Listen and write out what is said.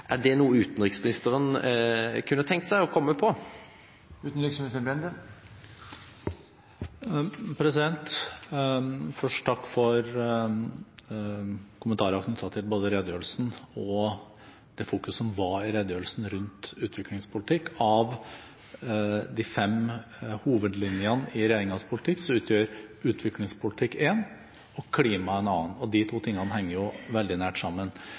Er det noe utenriksministeren kunne tenke seg å komme med? Først vil jeg takke for kommentarer knyttet til både redegjørelsen og fokuseringen som var i redegjørelsen rundt utviklingspolitikk. Av de fem hovedlinjene i regjeringens politikk utgjør utviklingspolitikk én og klima en annen, og de to tingene henger veldig nært sammen.